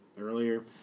earlier